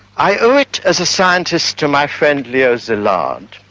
i owe it as a scientist to my friend leo szilard,